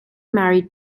married